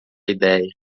ideia